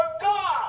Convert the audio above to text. God